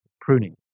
pruning